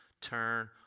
turn